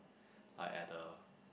uh at the